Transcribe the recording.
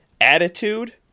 attitude